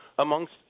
Amongst